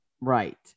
Right